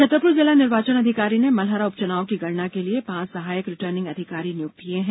छतरपुर जिला निर्वाचन अधिकारी ने मलहरा उपचुनाव की गणना के लिए पांच सहायक रिटर्निंग अधिकारी नियुक्त किये हैं